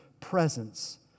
presence